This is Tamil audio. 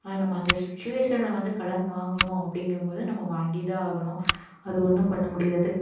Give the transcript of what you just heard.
ஆனால் நம்ம அந்த சிச்சுவேஷனில் வந்து கடன் வாங்கணும் அப்படிங்கிம்போது நம்ம வாங்கி தான் ஆகணும் அது ஒன்றும் பண்ண முடியாது